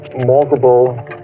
multiple